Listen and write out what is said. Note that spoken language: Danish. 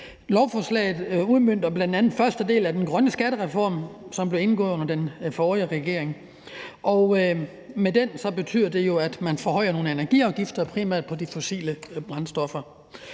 Lovforslaget udmønter bl.a. første del af den grønne skattereform, som blev indgået under den forrige regering, og med den betyder det, at man forhøjer nogle energiafgifter primært på de fossile brændstoffer.